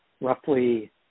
roughly